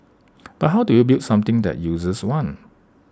but how do you build something that users want